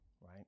right